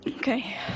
Okay